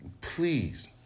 please